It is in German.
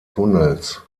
tunnels